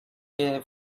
you